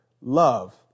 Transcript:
love